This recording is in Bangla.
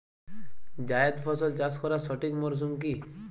জায়েদ ফসল চাষ করার সঠিক মরশুম কি?